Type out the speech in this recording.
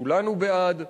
כולנו בעד,